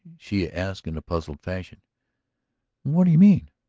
she asked in puzzled fashion what do you mean?